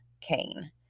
Kane